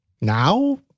Now